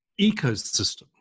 ecosystem